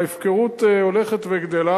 ההפקרות הולכת וגדלה,